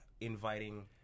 inviting